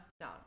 No